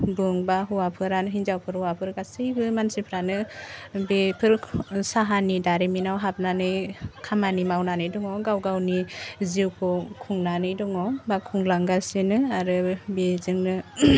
बुं बा हौवाफोरानो हिन्जावफोर हौवाफोर गासैबो मानसिफ्रानो बेफोरखो साहानि दारिमिनाव हाबनानै खामानि मावनानै दङ गाव गावनि जिउखौ खुंनानै दङ बा खुंलांगासिनो आरो बिजोंनो